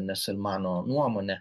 nes ir mano nuomone